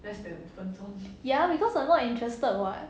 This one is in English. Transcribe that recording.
ya because I'm not interested [what]